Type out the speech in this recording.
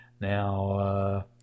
Now